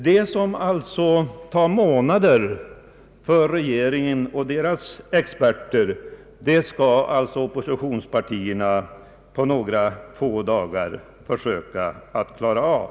Det som alltså tar månader för regeringen och dess experter skall oppositionspartierna på några få dagar försöka klara av.